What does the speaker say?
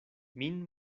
min